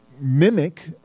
mimic